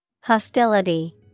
Hostility